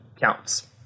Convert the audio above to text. counts